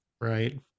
Right